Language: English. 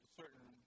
certain